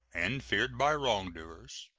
and feared by wrongdoers.